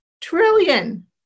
Trillion